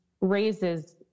raises